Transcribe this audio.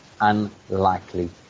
unlikely